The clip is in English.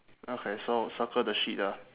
okay so circle the sheet ah